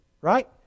right